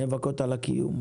נאבקות על קיומן,